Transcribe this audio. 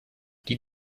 die